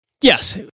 Yes